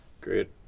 great